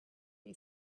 may